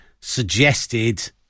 suggested